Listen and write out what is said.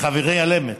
וחברי על אמת,